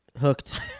Hooked